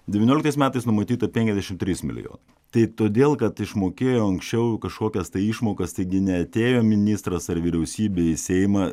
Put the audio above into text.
devynioliktais metais numatyta penkiasdešimt trys milijonai tai todėl kad išmokėjo anksčiau kažkokias tai išmokas taigi neatėjo ministras ar vyriausybė į seimą